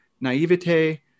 naivete